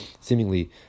seemingly